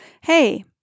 Hey